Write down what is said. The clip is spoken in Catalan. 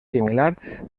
similar